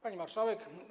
Pani Marszałek!